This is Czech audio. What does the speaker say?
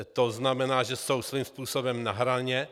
To znamená, že jsou svým způsobem na hraně.